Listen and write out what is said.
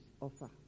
offer